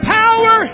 power